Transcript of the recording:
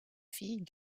filles